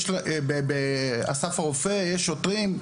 באסף הרופא יש שוטרים.